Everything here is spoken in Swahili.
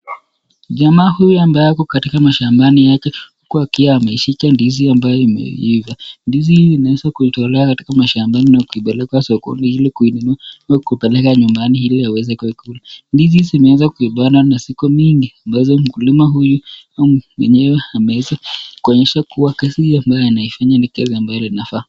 Jamaa huyu akiwa mashambani yake, huku akiwa ameshika ndizi yenye imeiva, ndizi hii unaweza kuitolea shambani na kuipeleka sokoni iki kuipeleka nyumbani ili aweze kuweka kwa chakula , ndizi hizi ameweza kuzipanda na ziko mingi, ambazo mkulima huyu ameonyesha kuwa kazi hii anayooifanya ni kazi ambayo inafaa.